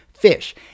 fish